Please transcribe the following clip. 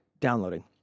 Downloading